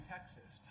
Texas